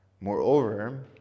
Moreover